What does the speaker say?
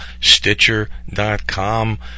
Stitcher.com